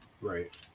Right